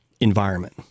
environment